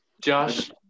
Josh